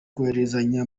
kohererezanya